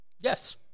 Yes